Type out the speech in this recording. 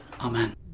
Amen